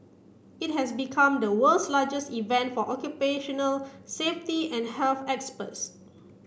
it has become the world's largest event for occupational safety and health experts